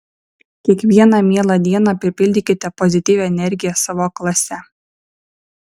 kiekvieną mielą dieną pripildykite pozityvia energija savo klasę